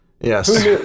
Yes